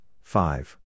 five